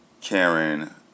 Karen